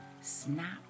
snap